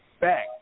back